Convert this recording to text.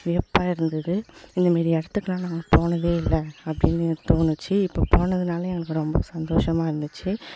வியப்பாக இருந்தது இந்தமாரி எடத்துக்கெல்லாம் நாங்கள் போனதே இல்லை அப்படின்னு தோணுச்சு இப்போ போனதுனால் எங்களுக்கு ரொம்ப சந்தோஷமா இருந்துச்சு